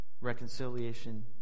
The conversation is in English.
reconciliation